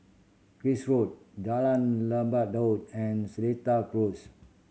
Cris Road Jalan Lebat Daun and Seletar Close